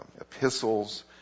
epistles